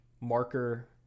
Marker